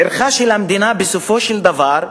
ערכה של המדינה, בסופו של דבר,